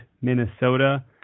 Minnesota